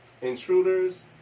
intruders